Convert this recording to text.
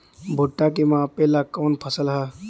भूट्टा के मापे ला कवन फसल ह?